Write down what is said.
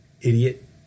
idiot